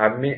नाही